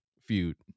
feud